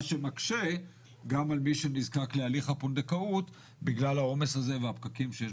מה שמקשה גם על מי שנזקק להליך הפונדקאות בגלל העומס הזה והפקקים שיש